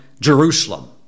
Jerusalem